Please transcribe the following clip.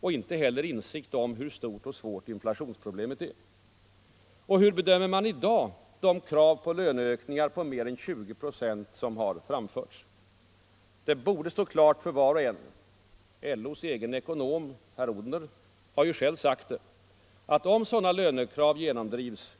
Och inte heller vittnar det om någon insikt om hur stort och svårt inflationsproblemet är. Och hur bedömer man i dag de krav på löneökningar på mer än 20 procent som har framförts? Det borde stå klart för var och en —- LO:s egen ekonom herr Odhner har ju själv sagt det — att om sådana lönekrav genomdrivs